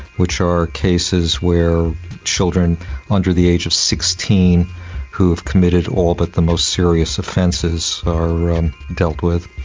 which are cases where children under the age of sixteen who have committed all but the most serious offences are dealt with.